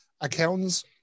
accountants